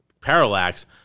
Parallax